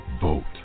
Vote